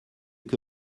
que